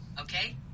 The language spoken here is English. Okay